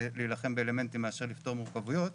להילחם באלמנטים מאשר לפתור מורכבויות.